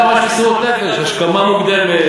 אז הייתה ממש מסירות נפש: השכמה מוקדמת,